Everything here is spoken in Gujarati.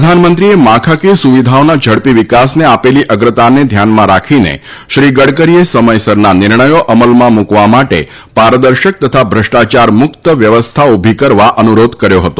પ્રધાનમંત્રીએ માળખાકી ય સુવિધાઓના ઝડપી વિકાસને આપેલી અગ્રતાને ધ્યાનમાં રાખીને શ્રી ગડકરીએ સમયસરના નિર્ણયો અમલમાં મૂકવા માટે પારદર્શક તથા ભ્રષ્ટાચાર મુક્ત વ્યવસ્થા ઊભી કરવા અનુરોધ કર્યો હતો